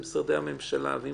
אם זה משרדי הממשלה וכולם,